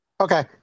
Okay